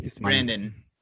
Brandon